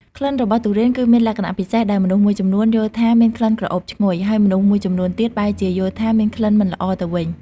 ក្លិនរបស់ទុរេនគឺមានលក្ខណៈពិសេស ដែលមនុស្សមួយចំនួនយល់ថាមានក្លិនក្រអូបឈ្ងុយ ហើយមនុស្សមួយចំនួនទៀតបែរជាយល់ថាមានក្លិនមិនល្អទៅវិញ។